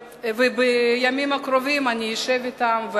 ובימים הקרובים אני אשב אתם,